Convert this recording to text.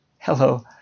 Hello